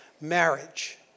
marriage